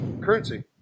currency